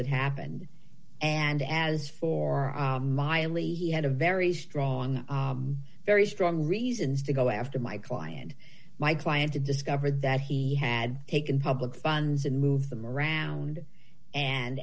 that happened and as for miley he had a very strong very strong reasons to go after my client my client and discovered that he had taken public funds and moved them around and